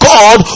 God